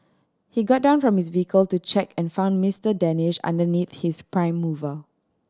he got down from his vehicle to check and found Mister Danish underneath his prime mover